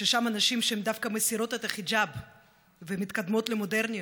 ששם הנשים דווקא מסירות את החיג'אב ומתקדמות למודרניות,